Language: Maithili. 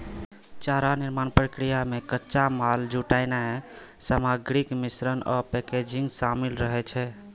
चारा निर्माण प्रक्रिया मे कच्चा माल जुटेनाय, सामग्रीक मिश्रण आ पैकेजिंग शामिल रहै छै